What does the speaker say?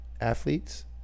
athletes